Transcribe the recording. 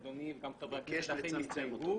אדוני וגם חברי הכנסת ביקשו לצמצם אותו.